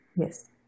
Yes